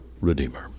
Redeemer